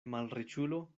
malriĉulo